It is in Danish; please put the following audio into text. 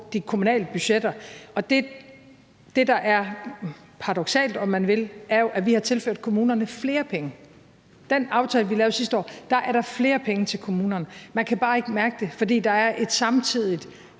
de kommunale budgetter. Og det, der er paradoksalt, om man vil, er jo, at vi har tilført kommunerne flere penge. I den aftale, vi lavede sidste år, er der flere penge til kommunerne. Man kan bare ikke mærke det, fordi der samtidig